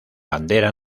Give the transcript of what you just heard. bandera